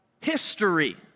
history